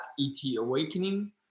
etawakening